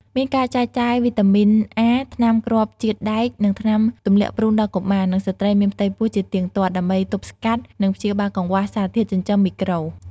មានការចែកចាយវីតាមីនអា ថ្នាំគ្រាប់ជាតិដែក និងថ្នាំទម្លាក់ព្រូនដល់កុមារ និងស្ត្រីមានផ្ទៃពោះជាទៀងទាត់ ដើម្បីទប់ស្កាត់ និងព្យាបាលកង្វះសារធាតុចិញ្ចឹមមីក្រូ។